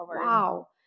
Wow